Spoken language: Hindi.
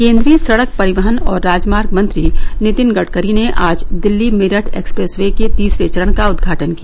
केंद्रीय सडक परिवहन और राजमार्ग मंत्री नितिन गडकरी ने आज दिल्ली मेरठ एक्सप्रेस वे के तीसरे चरण का उद्घाटन किया